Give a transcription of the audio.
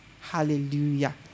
Hallelujah